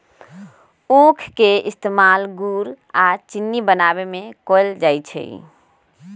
उख के इस्तेमाल गुड़ आ चिन्नी बनावे में कएल जाई छई